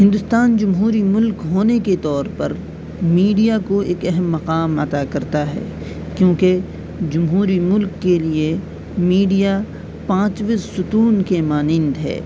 ہندوستان جمہوری ملک ہونے کے طور پر میڈیا کو ایک اہم مقام عطا کرتا ہے کیونکہ جمہوری ملک کے لیے میڈیا پانچویں ستون کے مانند ہے